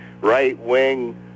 right-wing